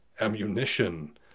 Ammunition